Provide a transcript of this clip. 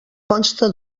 consta